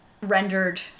rendered